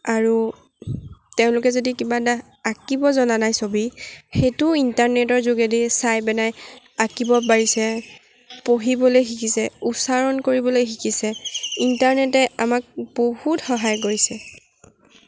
আৰু তেওঁলোকে যদি কিবা এটা আঁকিব জনা নাই ছবি সেইটোও ইণ্টাৰনেটৰ যোগেদি চাই পেনাই আঁকিব পাৰিছে পঢ়িবলৈ শিকিছে উচ্চাৰণ কৰিবলৈ শিকিছে ইণ্টাৰনেটে আমাক বহুত সহায় কৰিছে